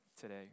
today